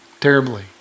terribly